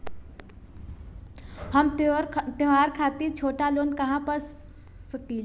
हम त्योहार खातिर छोटा लोन कहा पा सकिला?